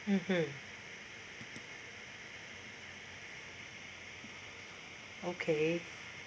mmhmm okay